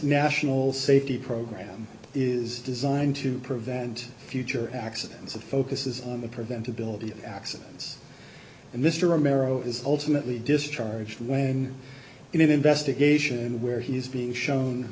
national safety program is designed to prevent future accidents of focuses on the prevent ability accidents and mr romero is ultimately discharged when in an investigation where he is being shown